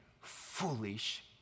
foolish